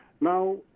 now